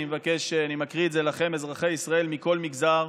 אני מקריא לכם, אזרחי ישראל מכל מגזר,